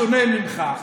בשונה ממך,